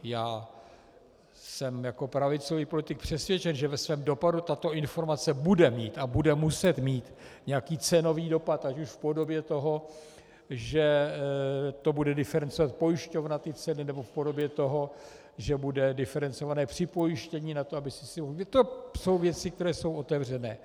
Já jsem jako pravicový politik přesvědčen, že ve svém dopadu tato informace bude mít a bude muset mít nějaký cenový dopad, ať už v podobě toho, že ceny bude diferencovat pojišťovna, nebo v podobě toho, že bude diferencované připojištění na to to jsou věci, které jsou otevřené.